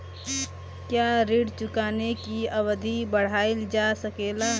क्या ऋण चुकाने की अवधि बढ़ाईल जा सकेला?